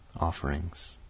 Offerings